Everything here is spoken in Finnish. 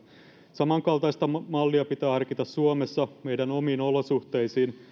samankaltaista mallia pitää harkita suomessa meidän omiin olosuhteisiimme